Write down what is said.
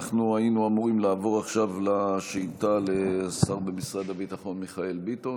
אנחנו היינו אמורים לעבור עכשיו לשאילתה לשר במשרד הביטחון מיכאל ביטון,